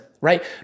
right